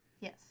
Yes